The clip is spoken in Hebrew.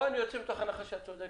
נצא מתוך הנחה שאת צודקת,